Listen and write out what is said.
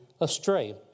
astray